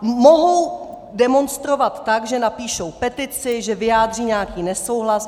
Mohou demonstrovat tak, že napíšou petici, že vyjádří nějaký nesouhlas.